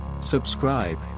Subscribe